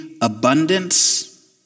abundance